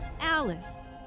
Alice